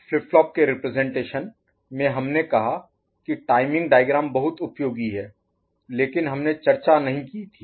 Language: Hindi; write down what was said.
अब फ्लिप फ्लॉप के रिप्रजेंटेशन में हमने कहा कि टाइमिंग डायग्राम बहुत उपयोगी है लेकिन हमने चर्चा नहीं की थी